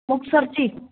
ਮੁਕਤਸਰ 'ਚ ਹੀ